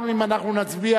גם אם אנחנו נצביע,